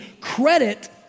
credit